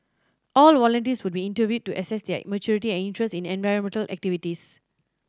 all volunteers would be interviewed to assess their maturity and interest in environmental activities